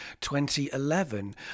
2011